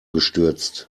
gestürzt